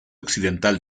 occidental